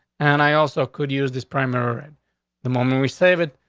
and i also could use this primary the moment we save it.